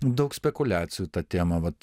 daug spekuliacijų ta tema vat